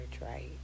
right